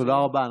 תודה רבה.